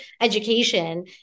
education